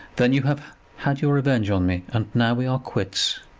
then you have had your revenge on me, and now we are quits.